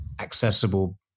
accessible